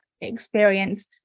experience